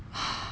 !hais!